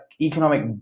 economic